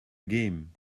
game